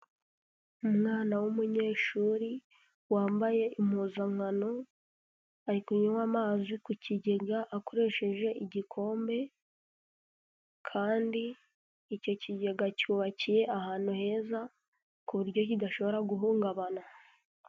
Umwana w'umunyeshuri wambaye impuzankano ari kunywa amazi ku kigega akoresheje igikombe kandi icyo kigega cyubakiye ahantu heza ku buryo kidashobora guhungabana.